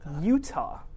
Utah